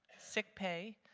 sick pay,